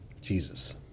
Jesus